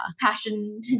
Passion